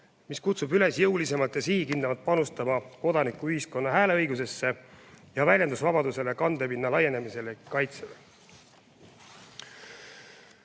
mis kutsub üles jõulisemalt ja sihikindlamalt panustama kodanikuühiskonna hääleõiguse ja väljendusvabaduse kandepinna laiendamisele ning kaitsele.